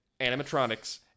animatronics